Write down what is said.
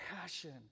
passion